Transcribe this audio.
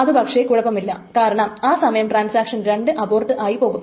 അതുപക്ഷേ കുഴപ്പമില്ല കാരണം ആ സമയം ട്രാൻസാക്ഷൻ 2 അബോർട്ട് ആയി പോകും